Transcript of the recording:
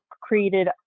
created